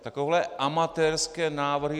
Takovéhle amatérské návrhy...